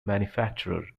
manufacturer